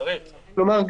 כלומר,